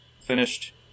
finished